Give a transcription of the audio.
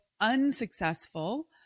unsuccessful